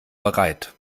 bereit